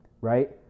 Right